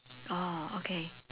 oh okay